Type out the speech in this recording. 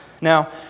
Now